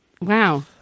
Wow